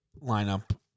lineup